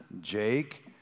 Jake